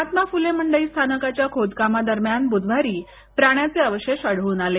महात्मा फुले मंडई स्थानकाच्या खोदकामा दरम्यान बुधवारी प्राण्यांचे अवशेष आढळून आले